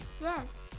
Yes